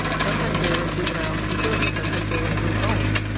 sometimes they were in juvenile facilities. sometimes they were in group homes.